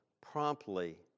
promptly